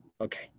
Okay